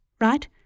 right